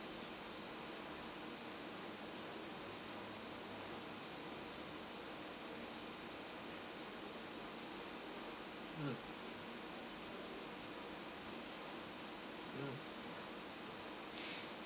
mm mm